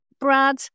brad